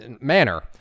manner